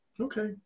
Okay